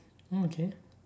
oh okay